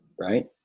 right